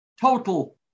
total